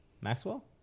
Maxwell